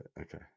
Okay